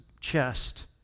chest